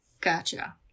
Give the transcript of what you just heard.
Gotcha